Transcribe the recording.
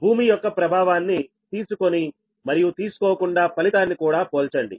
భూమి యొక్క ప్రభావాన్ని తీసుకొని మరియు తీసుకోకుండా ఫలితాన్ని కూడా పోల్చండి